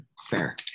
Fair